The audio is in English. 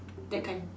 that kind